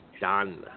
done